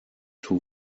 too